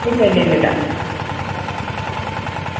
ഇല്ല ഇല്ല ഇല്ലില്ലാ